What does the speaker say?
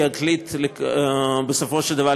אם יחליט כך בסופו של דבר,